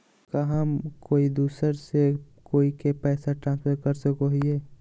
का हम कोई दूसर बैंक से कोई के पैसे ट्रांसफर कर सको हियै?